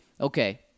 okay